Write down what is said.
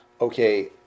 okay